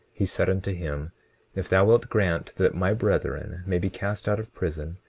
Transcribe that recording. he said unto him if thou wilt grant that my brethren may be cast out of prison,